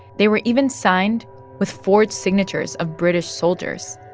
they were even signed with forged signatures of british soldiers.